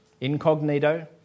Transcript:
incognito